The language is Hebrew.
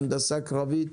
בהנדסה קרבית